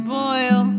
boil